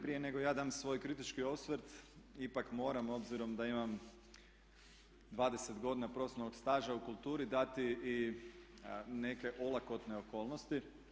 Prije nego ja dam svoj kritički osvrt ipak moram obzirom da imam 20 profesionalnog staža u kulturi dati i neke olakotne okolnosti.